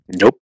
nope